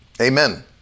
Amen